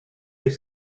les